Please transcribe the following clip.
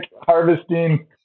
harvesting